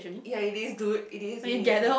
ya it is dude it is it is